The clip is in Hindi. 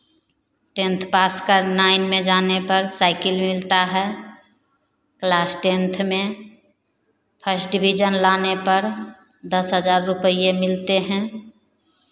टेन्थ पास कर नाइन में जाने पर साइकिल मिलता है क्लास टेन्थ में फस्ट डिवीजन लाने पर दस हज़ार रुपये मिलते हैं